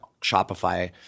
Shopify